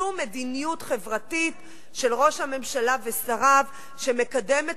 שום מדיניות חברתית של ראש הממשלה ושריו שמקדמת